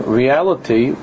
reality